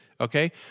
okay